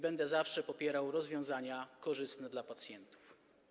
Będę zawsze popierał rozwiązania korzystne dla pacjentów.